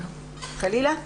חלילה.